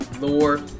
lore